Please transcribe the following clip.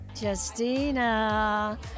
Justina